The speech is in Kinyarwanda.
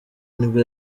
nibwo